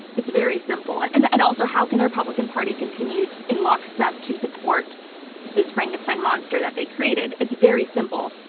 it's very simple. and and and also how can the republican party continue in lockstep to support this frankenstein monster that they created? it's very simple.